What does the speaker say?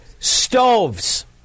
stoves